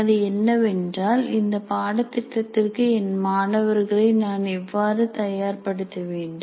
அது என்னவென்றால் இந்த பாடத்திட்டத்திற்கு என் மாணவர்களை நான் எவ்வாறு தயார் படுத்த வேண்டும்